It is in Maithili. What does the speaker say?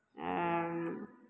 आ